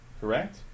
correct